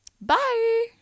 Bye